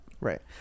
Right